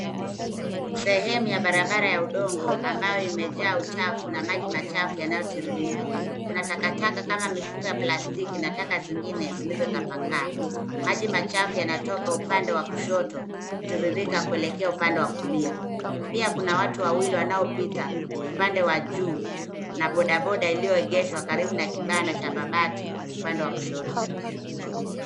Sehemu ya barabara ya udongo ambayo imejaa uchafu na maji machafu yanayotiririka. Kuna takataka kama mifuko ya plastiki na taka zingine zilizotapakaa. Maji machafu yanatoka upande wa kushoto kutiririka kuelekea upande wa kulia. Pia kuna watu wawili wanaopita upande wa juu na bodaboda iliyoegeshwa karibu na kibanda cha mabati upande wa kushoto.